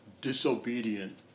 disobedient